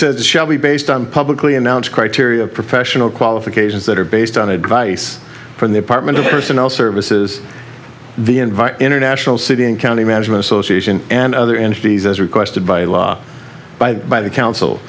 said shall be based on publicly announced criteria of professional qualifications that are based on advice from the department of personnel services the invite international city and county management association and other entities as requested by law by the by the council